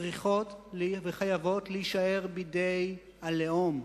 צריכות וחייבות להישאר בידי הלאום,